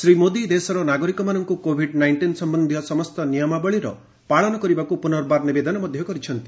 ଶ୍ରୀ ମୋଦୀ ଦେଶର ନାଗରିକମାନଙ୍କୁ Covid nineteen ସମ୍ୟନ୍ଧୀୟ ସମସ୍ତ ନିୟମାବଳୀର ପାଳନ କରିବାକୁ ପୁନର୍ବାର ନିବେଦନ କରିଛନ୍ତି